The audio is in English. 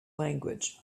language